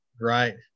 Right